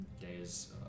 days